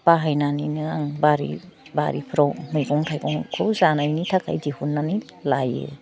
बाहायनानैनो आं बारि बारिफ्राव मैगं थाइगंखौ जानायनि थाखाय दिहुन्नानै लायो